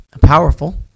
powerful